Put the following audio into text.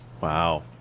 Wow